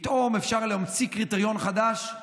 פתאום אפשר להמציא קריטריון חדש,